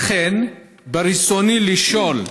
לכן, רצוני לשאול: